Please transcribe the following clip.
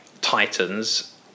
titans